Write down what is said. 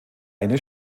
eine